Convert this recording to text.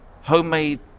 homemade